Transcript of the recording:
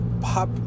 pop